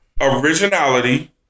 originality